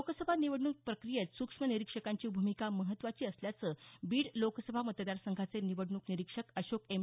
लोकसभा निवडणूक प्रक्रियेत सुक्ष्म निरीक्षकांची भूमिका महत्त्वाची असल्याचं बीड लोकसभा मतदार संघाचे निवडणूक निरीक्षक अशोक एम